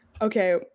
Okay